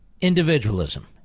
individualism